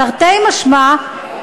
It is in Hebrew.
תרתי משמע,